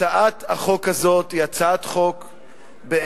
הצעת החוק הזאת היא, בעיני, הצעת חוק דחופה,